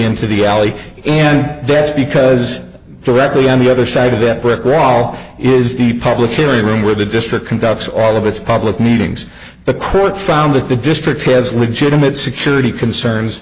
into the alley and that's because directly on the other side of that brick wall is the public hearing room where the district conducts all of its public meetings the court found that the district has legitimate security concerns